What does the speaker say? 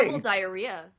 diarrhea